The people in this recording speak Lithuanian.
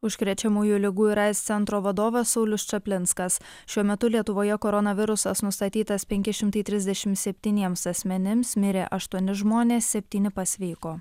užkrečiamųjų ligų ir aids centro vadovas saulius čaplinskas šiuo metu lietuvoje koronavirusas nustatytas penki šimtai trisdešimt septyniems asmenims mirė aštuoni žmonės septyni pasveiko